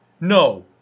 no